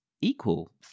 equal